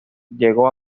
llegó